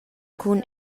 cun